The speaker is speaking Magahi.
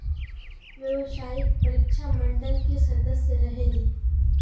व्यावसायिक परीक्षा मंडल के सदस्य रहे ली?